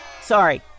sorry